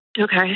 Okay